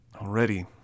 Already